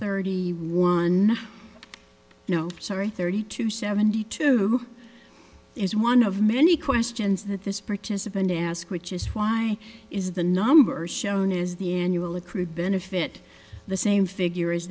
thirty one no sorry thirty two seventy two is one of many questions that this participant ask which is why is the number shown is the annual accrued benefit the same figure